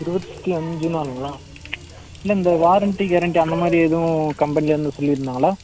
இருபத்தி அஞ்சு நாலுங்களா இன்னும் இந்த வாரண்ட்டி கேரண்ட்டி அந்த மாதிரி ஏதும் கம்பெனிலேந்து சொல்லியிருந்தாங்களா